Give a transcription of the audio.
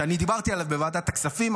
שדיברתי עליו בוועדת הכספים,